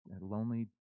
lonely